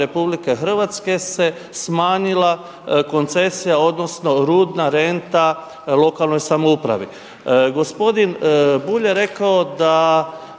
Vlade RH se smanjila koncesija odnosno rudna renta lokalnoj samoupravi.